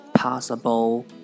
Possible